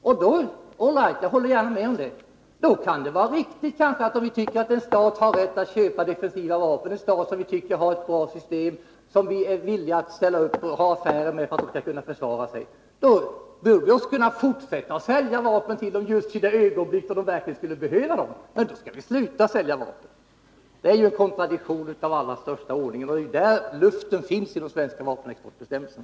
Och då håller jag gärna med om att det kanske kan vara riktigt, att om vi tycker att en stat har rätt att köpa defensiva vapen — en stat som vi tycker har ett bra system och som vi är villiga att ha affärer med för att landet skall kunna försvara sig —, bör vi också kunna fortsätta att sälja vapen dit just i det ögonblick då landet verkligen behöver dem. Men då skall vi sluta att sälja vapen. Det är en kontradiktion av allra största ordningen, och det är där som luften finns i de svenska vapenexportbestämmelserna.